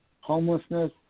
homelessness